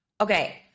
Okay